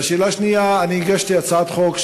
2. אני הגשתי הצעת חוק,